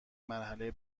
مرحله